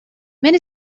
many